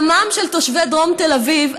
דמם של תושבי דרום תל אביב,